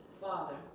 Father